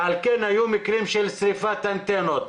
לכן היו מקרים של שריפת אנטנות.